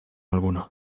alguno